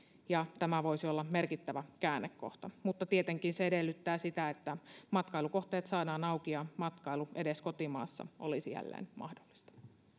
ja tämä voisi olla merkittävä käännekohta mutta tietenkin se edellyttää sitä että matkailukohteet saadaan auki ja matkailu edes kotimaassa olisi jälleen mahdollista